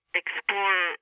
explore